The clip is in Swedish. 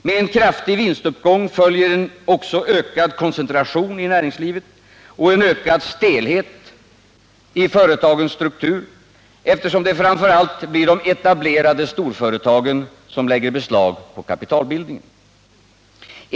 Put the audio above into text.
Med en kraftig vinstuppgång följer också ökad koncentration och ökad stelhet i näringslivet, eftersom det framför allt blir de etablerade storföretagen som lägger beslag på kapitalbildningen.